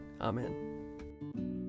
Amen